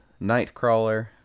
nightcrawler